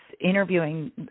interviewing